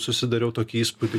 susidariau tokį įspūdį